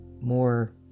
more